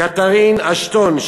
קתרין אשטון,